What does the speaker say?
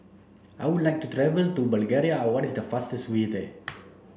I would like to travel to Bulgaria what is the fastest way there